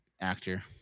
actor